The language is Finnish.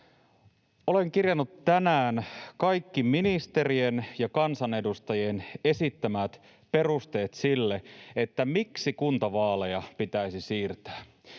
Olen kirjannut tänään kaikki ministerien ja kansanedustajien esittämät perusteet sille, miksi kuntavaaleja pitäisi siirtää.